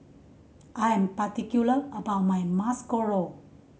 I am particular about my Masoor Dal